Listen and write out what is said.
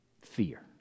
fear